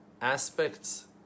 aspects